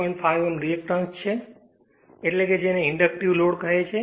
5 Ω reactance છે એટલે કે જેને ઇન્ડક્ટિવ લોડ કહે છે